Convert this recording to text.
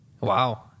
Wow